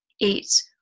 eat